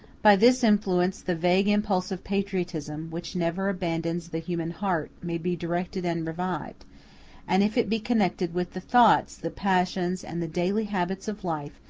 by this influence the vague impulse of patriotism, which never abandons the human heart, may be directed and revived and if it be connected with the thoughts, the passions, and the daily habits of life,